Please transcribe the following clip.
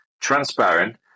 transparent